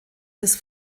bis